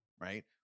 right